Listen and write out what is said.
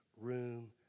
room